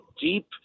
deep